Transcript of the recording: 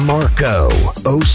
Marco